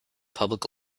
public